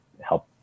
help